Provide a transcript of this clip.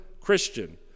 Christian